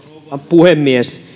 puhemies